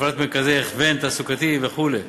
הפעלת מפעלי הכוון תעסוקתיים וכו'.